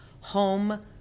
home